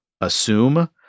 assume